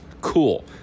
cool